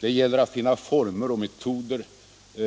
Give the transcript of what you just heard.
Det gäller att finna former och metoder